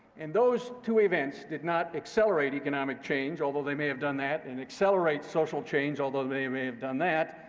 and those two events did not accelerate economic change, although they may have done that, and accelerate social change, although they may have done that.